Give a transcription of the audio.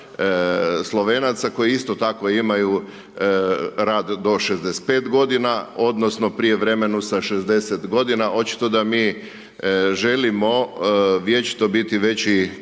Slovenaca koji isto tako imaju rad do 65 godina odnosno prijevremenu sa 60 godina, očito da mi želimo vječito biti veći